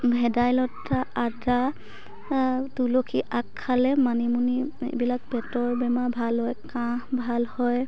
ভেদাইলতা আদা তুলসী আগ খালে মানিমুনি এইবিলাক পেটৰ বেমাৰ ভাল হয় কাঁহ ভাল হয়